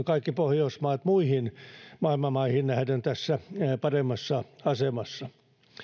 kaikki pohjoismaat olemme kuitenkin muihin maailman maihin nähden tässä paremmassa asemassa